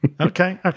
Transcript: Okay